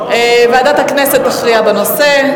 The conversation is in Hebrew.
ועדת הכנסת תכריע בנושא.